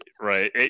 Right